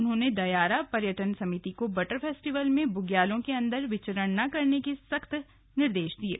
उन्होंने दयारा पर्यटन समिति को बटर फेस्टिवल में बुग्यालों के अन्दर विचरण न किये जाने के सख्त निर्देश दिये हैं